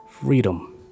freedom